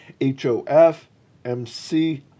HOFMC